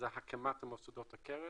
זה הקמת מוסדות הקרן.